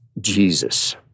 Jesus